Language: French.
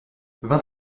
vingt